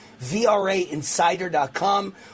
VRAinsider.com